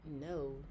No